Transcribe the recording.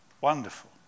Wonderful